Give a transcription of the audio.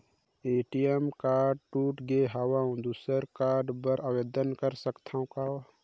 ATM card टूट गे हववं दुसर कारड बर ऑनलाइन आवेदन कर सकथव का?